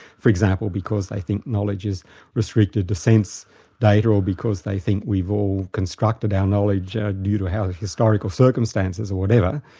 for example, because they think knowledge is restricted to sense data, or because they think we've all constructed our knowledge yeah due to historical circumstances or whatever.